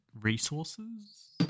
Resources